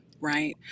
Right